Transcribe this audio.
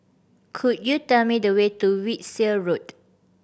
could you tell me the way to Wiltshire Road